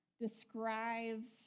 describes